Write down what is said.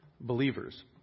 believers